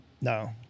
No